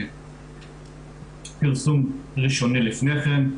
פרסום ראשוני לפני כן,